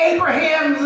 Abraham